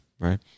Right